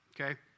okay